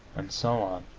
and so on.